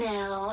Now